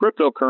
cryptocurrency